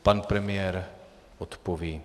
Pan premiér odpoví.